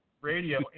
radio